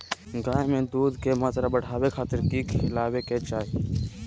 गाय में दूध के मात्रा बढ़ावे खातिर कि खिलावे के चाही?